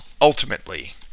ultimately